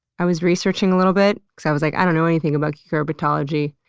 i was researching a little bit because i was like, i don't know anything about cucurbitology.